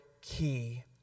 key